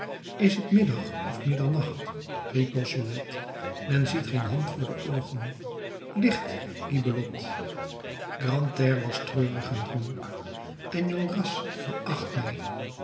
is het middag of middernacht riep bossuet men ziet geen hand voor de oogen licht gibelotte grantaire was treurig en dronk enjolras veracht mij